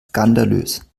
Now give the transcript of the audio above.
skandalös